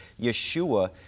Yeshua